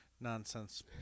nonsense